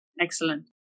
Excellent